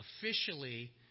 officially